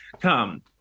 Come